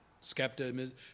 Skepticism